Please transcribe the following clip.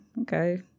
okay